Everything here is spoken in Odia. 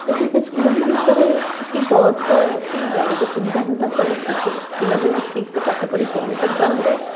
ଯଦି ସେ ସ୍କୁଲ୍ ମାନଙ୍କରେ କିଛି ବସ୍ ର କି ଗାଡ଼ିର ସୁବିଧା ହୁଅନ୍ତା ତା'ହେଲେ ପିଲାମାନେ ଠିକ୍ ସେ ପାଠ ପଢ଼ି ଘରକୁ ଫେରିପାରନ୍ତେ